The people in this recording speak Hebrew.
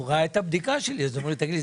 הוא ראה את הבדיקה שלי ואז אמר: תגיד לי,